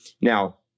Now